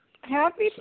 Happy